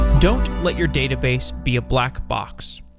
don't let your database be a black box.